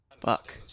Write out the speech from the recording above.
fuck